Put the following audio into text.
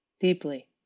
deeply